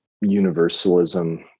universalism